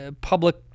public